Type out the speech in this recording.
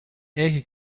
eigen